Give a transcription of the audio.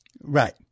Right